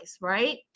right